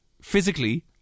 Physically